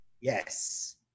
Yes